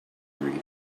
degree